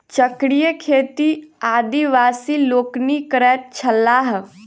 चक्रीय खेती आदिवासी लोकनि करैत छलाह